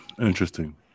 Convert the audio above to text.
Interesting